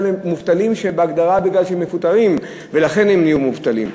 אלא למובטלים שבהגדרה הם מפוטרים ולכן הם נהיו מובטלים.